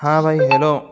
ہاں بھائی ہیلو